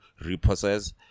repossess